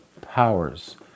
powers